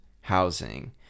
housing